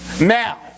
now